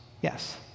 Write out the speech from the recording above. yes